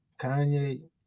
Kanye